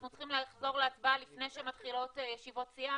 צריכים לחזור להצבעה לפני שמתחילות ישיבות סיעה.